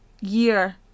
year